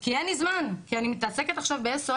כי אין לי זמן, כי אני מתעסקת עכשיו ב-SOS.